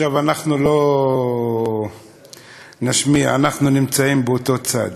עכשיו אנחנו לא נשמיע, אנחנו נמצאים באותו צד.